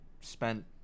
spent –